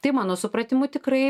tai mano supratimu tikrai